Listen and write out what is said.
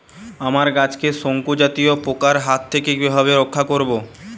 আমার গাছকে শঙ্কু জাতীয় পোকার হাত থেকে কিভাবে রক্ষা করব?